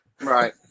Right